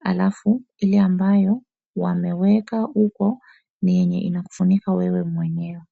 alafu ile ambayo wameweka huko ni yenye inakufunika wewe mwenyewe.